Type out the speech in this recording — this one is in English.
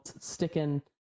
sticking